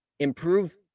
improve